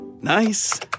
Nice